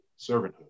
servanthood